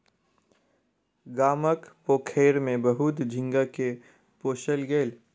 गामक पोखैर में बहुत झींगा के पोसल गेल